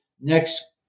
Next